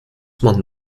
man